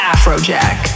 Afrojack